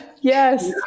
Yes